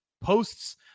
Posts